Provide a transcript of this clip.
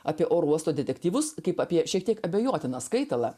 apie oro uosto detektyvus kaip apie šiek tiek abejotiną skaitalą